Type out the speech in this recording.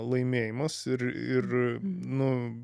laimėjimas ir ir nu